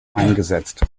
eingesetzt